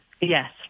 Yes